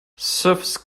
surface